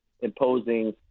imposing